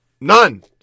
None